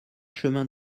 chemin